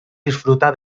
disfruta